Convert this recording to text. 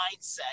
mindset